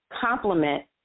complement